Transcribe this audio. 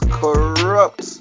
corrupt